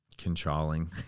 Controlling